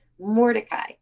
Mordecai